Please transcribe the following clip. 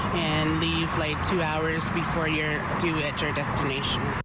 and leave like two hours before you're due at your destination.